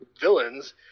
villains